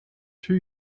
two